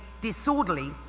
disorderly